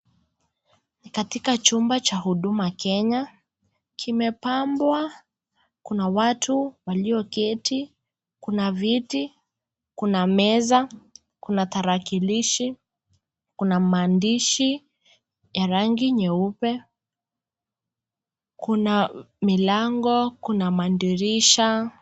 Katika chumba cha huduma Kenya, kimepambwa, kuna watu walioketi, kuna viti, kuna meza, kuna tarakilishi, kuna maandishi ya rangi nyeupe, kuna milango, kuna madirisha.